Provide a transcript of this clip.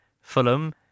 Fulham